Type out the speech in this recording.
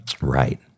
Right